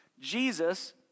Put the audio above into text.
Jesus